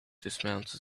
dismounted